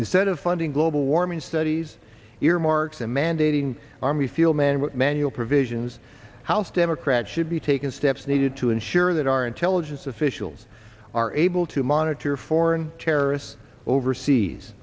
instead of funding global warming studies earmarks and mandating army field manual manual provisions house democrats should be taken steps needed to ensure that our intelligence officials are able to monitor foreign terrorists overseas